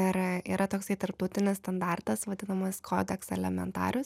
ir yra toksai tarptautinis standartas vadinamas kodeks elementarius